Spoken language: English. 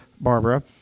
Barbara